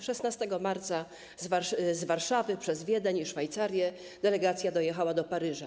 16 marca z Warszawy przez Wiedeń i Szwajcarię delegacja dojechała do Paryża.